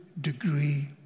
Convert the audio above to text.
degree